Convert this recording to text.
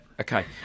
Okay